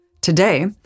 Today